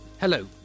Hello